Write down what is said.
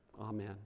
Amen